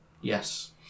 Yes